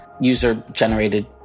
user-generated